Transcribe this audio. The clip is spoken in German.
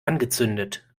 angezündet